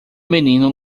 menino